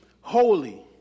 holy